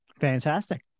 Fantastic